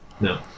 no